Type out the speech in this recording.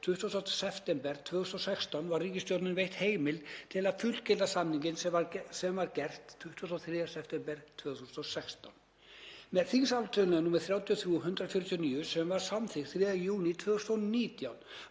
20. september 2016, var ríkisstjórninni veitt heimild til að fullgilda samninginn, sem var gert 23. september 2016. Með þingsályktun nr. 33/149, sem var samþykkt 3. júní 2019,